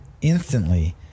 instantly